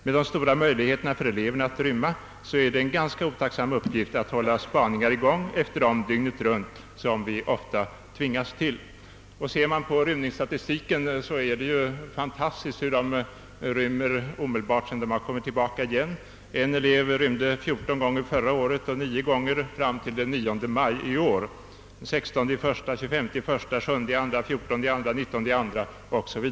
Med de stora möjligheterna för eleverna att rymma så är det en ganska otacksam uppgift att hålla spaningar i gång efter dem dygnet runt, vilket vi ofta tvingas till.» Ser man på rymningsstatistiken är det fantastiskt hur ofta de rymmer, ibland omedelbart efter att ha blivit återförda. En elev rymde 14 gånger förra året och 9 gånger fram till den 9 maj i år. Han rymde 16 1, 7 2, 19/2 o. s. v.